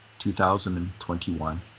2021